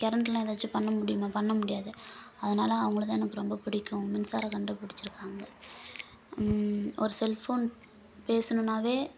current இல்லைனா எதாச்சும் பண்ணமுடியுமா பண்ணமுடியாது அதனால் அவங்களைதான் எனக்கு ரொம்ப பிடிக்கும் மின்சாரம் கண்டுபிடிச்சிருக்காங்க ஒரு செல்ஃபோன் பேசணுனாவே